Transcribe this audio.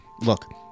Look